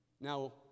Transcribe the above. Now